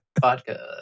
vodka